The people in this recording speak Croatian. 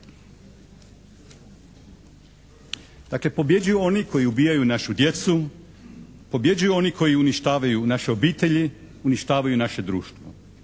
Dakle, pobjeđuju oni koji ubijaju našu djecu, pobjeđuju oni koji uništavaju naše obitelji, uništavaju naše društvo